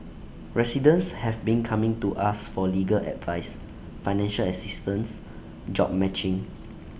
residents have been coming to us for legal advice financial assistance job matching